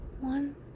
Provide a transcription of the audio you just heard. one